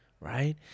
right